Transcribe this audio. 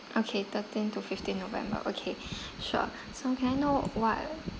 okay thirteen to fifteen november okay sure so can I know what